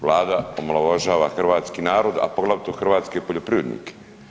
Vlada omalovažava hrvatski narod, a poglavito hrvatske poljoprivrednike.